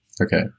Okay